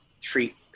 treat